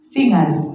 Singers